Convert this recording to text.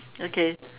okay